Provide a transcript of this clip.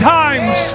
times